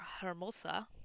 Hermosa